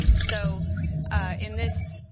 so in this,